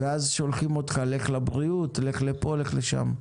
אז שולחים אותך: לך לבריאות, לך לפה, לך לשם.